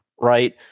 right